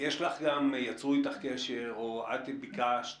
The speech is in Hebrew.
יצרו איתך קשר או את ביקשת